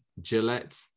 Gillette